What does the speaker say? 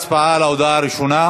הצעת חוק שכירות הוגנת (הוראת שעה ותיקוני חקיקה),